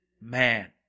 man